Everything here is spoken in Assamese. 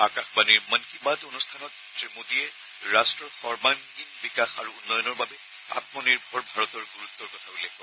আকাশবাণীৰ মন কী বাত অনুষ্ঠানত শ্ৰীমোদীয়ে ৰাষ্ট্ৰৰ সৰ্বাংগীন বিকাশ আৰু উন্নয়নৰ বাবে আম্ম নিৰ্ভৰ ভাৰতৰ গুৰুত্বৰ কথা উল্লেখ কৰে